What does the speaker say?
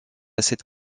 cette